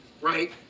right